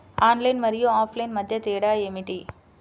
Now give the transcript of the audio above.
Online మరియు offline మధ్య తేడా ఏమిటీ?